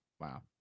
Wow